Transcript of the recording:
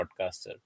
podcaster